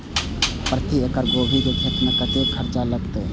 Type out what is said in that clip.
प्रति एकड़ गोभी के खेत में कतेक खर्चा लगते?